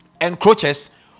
encroaches